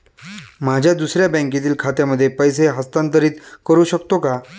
माझ्या दुसऱ्या बँकेतील खात्यामध्ये पैसे हस्तांतरित करू शकतो का?